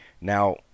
Now